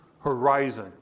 Horizon